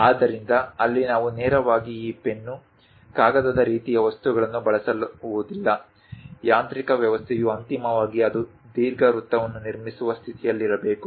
ಆದ್ದರಿಂದ ಅಲ್ಲಿ ನಾವು ನೇರವಾಗಿ ಈ ಪೆನ್ನು ಕಾಗದದ ರೀತಿಯ ವಸ್ತುಗಳನ್ನು ಬಳಸುವುದಿಲ್ಲ ಯಾಂತ್ರಿಕ ವ್ಯವಸ್ಥೆಯು ಅಂತಿಮವಾಗಿ ಅದು ದೀರ್ಘವೃತ್ತವನ್ನು ನಿರ್ಮಿಸುವ ರೀತಿಯಲ್ಲಿರಬೇಕು